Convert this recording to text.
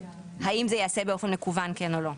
האם זה ייעשה באופן מקוון כן או לא.